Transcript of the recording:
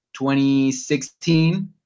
2016